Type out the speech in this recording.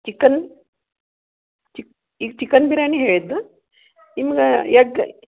chicken chicken biryani ಹೇಳಿದ್ದು ನಿಮ್ಗೆ egg